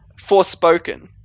Forspoken